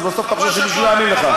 אז בסוף אתה חושב שמישהו יאמין לך.